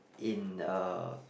in a